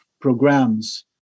programs